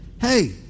Hey